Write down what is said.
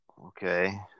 okay